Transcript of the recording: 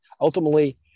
ultimately